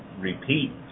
repeat